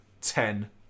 ten